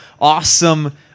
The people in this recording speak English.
awesome